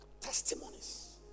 Testimonies